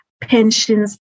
pensions